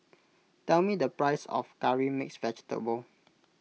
tell me the price of Curry Mixed Vegetable